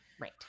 right